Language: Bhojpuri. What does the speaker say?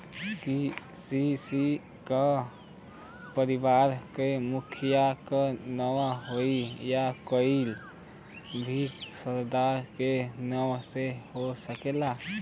के.सी.सी का परिवार के मुखिया के नावे होई या कोई भी सदस्य के नाव से हो सकेला?